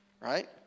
Right